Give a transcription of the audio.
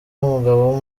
w’umugabo